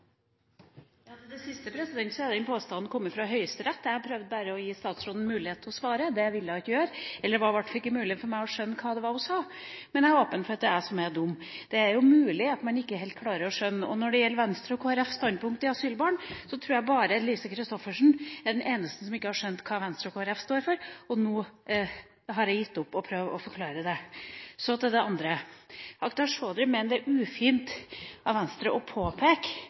Til det siste vil jeg si at den påstanden har kommet fra Høyesterett. Jeg prøvde bare å gi statsråden mulighet til å svare. Det ville hun ikke gjøre. Det var i hvert fall ikke mulig for meg å skjønne hva hun sa, men jeg er åpen for at det er jeg som er dum. Det er mulig at man ikke helt klarer å skjønne dette. Når det gjelder Venstre og Kristelig Folkepartis standpunkt til asylbarn, tror jeg Lise Christoffersen er den eneste som ikke har skjønt hva Venstre og Kristelig Folkeparti står for, og nå har jeg gitt opp å prøve forklare det. Så til det andre: Akhtar Chaudhry mener det er ufint av Venstre å påpeke